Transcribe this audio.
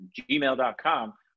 gmail.com